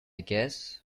guess